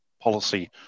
policy